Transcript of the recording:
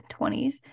20s